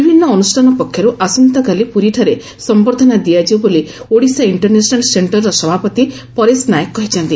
ବିଭିନ୍ନ ଅନୁଷ୍ଠାନ ପକ୍ଷରୁ ଆସନ୍ତାକାଲି ପୁରୀ ଠାରେ ସମ୍ମର୍ବ୍ଧନା ଦିଆଯିବ ବୋଲି ଓଡିଶା ଇକ୍କର ନ୍ୟାସନାଲ ସେକ୍କରର ସଭାପତି ପରେଶ ନାୟକ କହିଛନ୍ତି